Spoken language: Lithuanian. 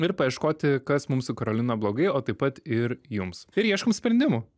ir paieškoti kas mums su karolina blogai o taip pat ir jums ir ieškom sprendimų